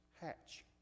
hatch